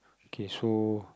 okay so